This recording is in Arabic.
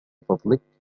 فضلك